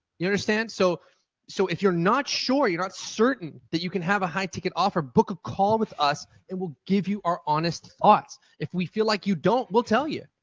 you understand? so so if you're not sure, you're not certain that you can have a high ticket offer, book a call with us and we'll give you our honest thoughts. if we feel like you don't, we'll tell you.